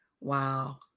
Wow